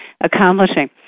accomplishing